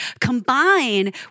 combine